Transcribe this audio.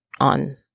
on